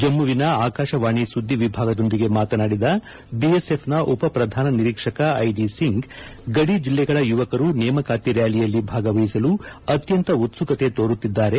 ಜಮ್ಮುವಿನ ಆಕಾಶವಾಣಿ ಸುದ್ದಿವಿಭಾಗದೊಂದಿಗೆ ಮಾತನಾಡಿದ ಬಿಎಸ್ಎಫ್ನ ಉಪಪ್ರಧಾನ ನಿರೀಕ್ಷಕ ಐಡಿ ಸಿಂಗ್ ಗಡಿ ಜಿಲ್ಲೆಗಳ ಯುವಕರು ನೇಮಕಾತಿ ರ್ನಾಲಿಯಲ್ಲಿ ಭಾಗವಹಿಸಲು ಅತ್ಯಂತ ಉತ್ಪುಕತೆ ತೋರುತ್ತಿದ್ದಾರೆ